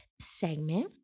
segment